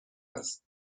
است